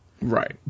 Right